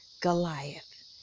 Goliath